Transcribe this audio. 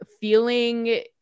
feeling